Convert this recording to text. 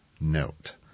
Note